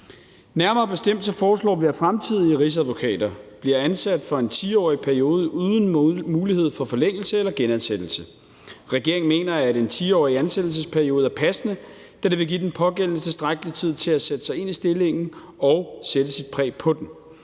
Nærmere bestemt foreslår vi, at fremtidige rigsadvokater bliver ansat for en 10-årig periode uden mulighed for forlængelse eller genansættelse. Regeringen mener, at en 10-årig ansættelsesperiode er passende, da det vil give den pågældende tilstrækkelig tid til at sætte sig ind i stillingen og sætte sit præg på den,